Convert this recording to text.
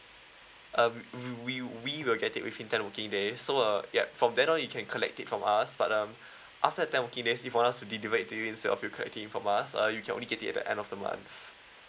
um we we we will get it within ten working days so uh yup for then on you can collect it from us but um after ten working days if for us to deliver it to you instead of you collect it from us uh you can only get it at the end of the month